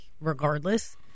regardless